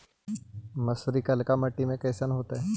मसुरी कलिका मट्टी में कईसन होतै?